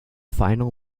final